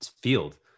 Field